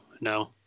no